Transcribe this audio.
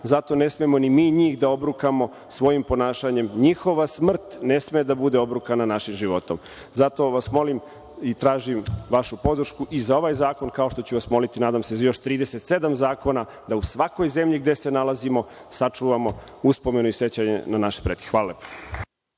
zato ne smemo ni mi njih da obrukamo svojim ponašanjem. NJihova smrt ne sme da bude obrukana našim životom. Zato vas molim i tražim vašu podršku i za ovaj zakon, kao što ću vas moliti i nadam se za još 37 zakona, da u svakoj zemlji gde se nalazimo sačuvamo uspomenu i sećanje na naše pretke. Hvala.